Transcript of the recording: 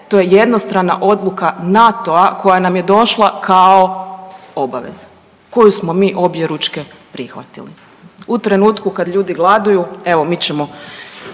To je jednostrana odluka NATO-a koja nam je došla kao obaveza koju smo mi objeručke prihvatili u trenutku kad ljudi gladuju, evo, mi ćemo